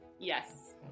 yes